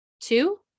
two